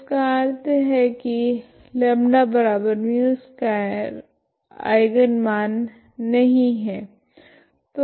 तो इसका अर्थ है की λμ2 आइगन मान नहीं है